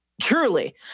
Truly